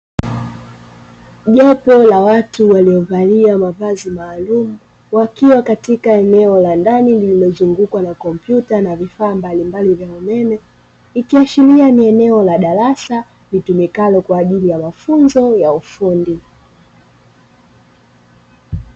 Jopo la watu waliovalia mavazi maalumu katika eneo la ndani lililozungukwa na kompyuta na vifaa mbalimbali vya umeme, ikiashiria ni eneo la darasa litumikalo kwa ajili ya mafunzo ya ufundi .